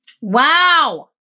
Wow